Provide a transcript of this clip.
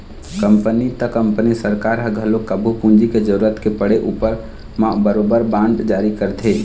company त company सरकार ह घलोक कभू पूंजी के जरुरत के पड़े उपर म बरोबर बांड जारी करथे